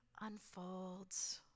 unfolds